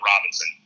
Robinson